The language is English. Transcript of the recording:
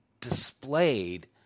displayed